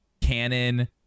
canon